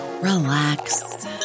relax